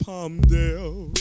Palmdale